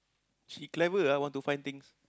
she clever ah want to find things